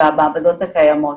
והמעבדות הקיימות.